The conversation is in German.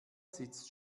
sitzt